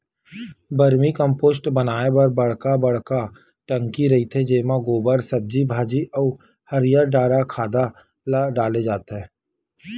vermi compost बनाए बर बड़का बड़का टंकी रहिथे जेमा गोबर, सब्जी भाजी अउ हरियर डारा खांधा ल डाले जाथे